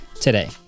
today